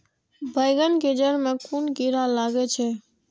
बेंगन के जेड़ में कुन कीरा लागे छै?